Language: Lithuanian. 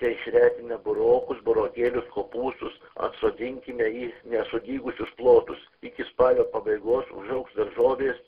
tai išretinę burokus burokėlius kopūstus atsodinkime į nesudygusius plotus iki spalio pabaigos užaugs daržovės